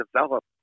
develop